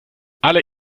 alle